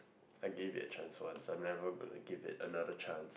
I gave it a chance once I'm never gonna give that another chance